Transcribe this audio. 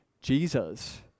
Jesus